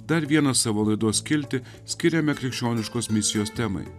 dar vieną savo laidos skiltį skiriame krikščioniškos misijos temai